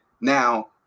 now